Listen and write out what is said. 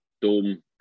Dome